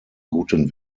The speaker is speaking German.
guten